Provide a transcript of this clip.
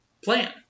Plan